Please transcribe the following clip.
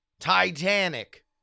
Titanic